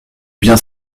bien